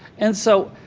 and so,